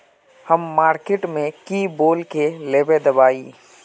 हम मार्किट में की बोल के लेबे दवाई?